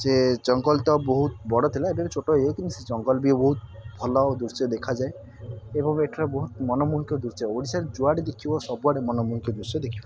ଯେ ଜଙ୍ଗଲ ତ ବହୁତ ବଡ଼ ଥିଲା ଏବେ ଛୋଟ ହେଇଯାଇଛି କିନ୍ତୁ ସେ ଜଙ୍ଗଲ ବି ଏବେ ବହୁତ ଭଲ ଆଉ ଦୃଶ୍ୟ ଦେଖାଯାଏ ଏବଂ ଏଠାରେ ବହୁତ ମନମୋହିକ ଦୃଶ୍ୟ ଓଡ଼ିଶାରେ ଯୁଆଡ଼େ ଦେଖିବ ସବୁଆଡ଼େ ମନମୋହିକ ଦୃଶ୍ୟ ଦେଖିବ